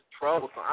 troublesome